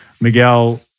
Miguel